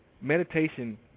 Meditation